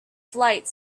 flight